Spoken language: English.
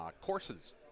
courses